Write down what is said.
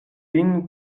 lin